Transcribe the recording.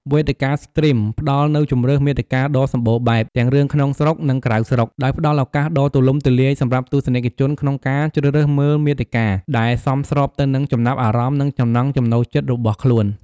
វេទិកាស្ទ្រីមផ្ដល់នូវជម្រើសមាតិកាដ៏សម្បូរបែប ទាំងរឿងក្នុងស្រុក និងក្រៅស្រុក ដោយផ្តល់ឱកាសដ៏ទូលំទូលាយសម្រាប់ទស្សនិកជនក្នុងការជ្រើសរើសមើលមាតិកាដែលសមស្របទៅនឹងចំណាប់អារម្មណ៍ និងចំណង់ចំណូលចិត្តរបស់ខ្លួន។